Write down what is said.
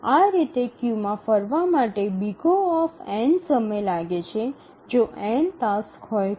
આ રીતે ક્યૂમાં ફરવા માટે O સમય લાગે છે જો n ટાસક્સ હોય તો